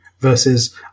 versus